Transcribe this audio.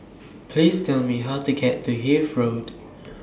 Please Tell Me How to get to Hythe Road